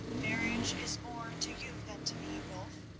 marriage is more to you than to me, wulf,